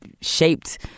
shaped